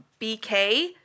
BK